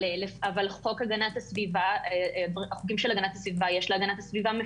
אבל לחוקים של הגנת הסביבה יש מפקחים,